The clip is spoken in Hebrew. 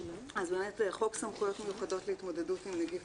חוק סמכויות מיוחדות להתמודדות עם נגיף